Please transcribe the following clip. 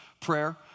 prayer